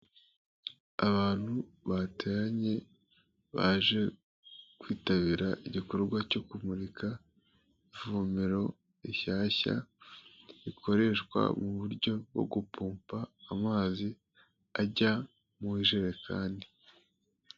Abantu bateranye, baje kwitabira igikorwa cyo kumurika ivomero rishyashya, rikoreshwa mu buryo bwo gupompa amazi ajya mu ijerekani.